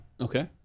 Okay